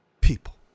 People